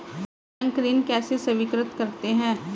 Bank ऋण कैसे स्वीकृत करते हैं?